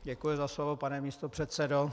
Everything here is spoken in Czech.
Děkuji za slovo, pane místopředsedo.